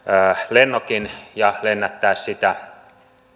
lennokin ja lennättää sitä